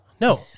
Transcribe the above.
No